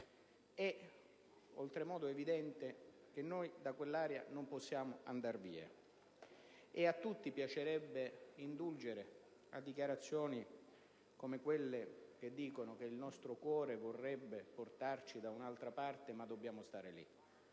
È oltremodo evidente che noi da quell'area non possiamo andare via. A tutti piacerebbe indulgere a dichiarazioni come quelle che dicono che il nostro cuore vorrebbe portarci da un'altra parte, ma dobbiamo stare lì.